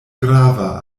grava